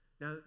Now